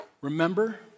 remember